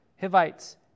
Hivites